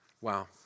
Wow